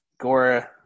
gora